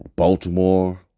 Baltimore